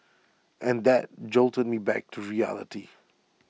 and that jolted me back to reality